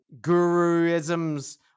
guruisms